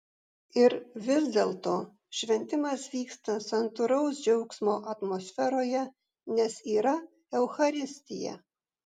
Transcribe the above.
ir vis dėlto šventimas vyksta santūraus džiaugsmo atmosferoje nes yra eucharistija